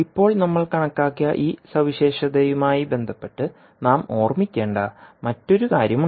ഇപ്പോൾ നമ്മൾ കണക്കാക്കിയ ഈ സവിശേഷതയുമായി ബന്ധപ്പെട്ട് നാം ഓർമ്മിക്കേണ്ട മറ്റൊരു കാര്യമുണ്ട്